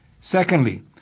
Secondly